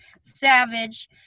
Savage